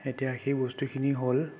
এতিয়া সেই বস্তুখিনি হ'ল